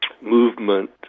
movement